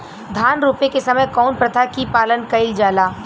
धान रोपे के समय कउन प्रथा की पालन कइल जाला?